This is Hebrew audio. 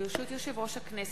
ברשות יושב-ראש הכנסת,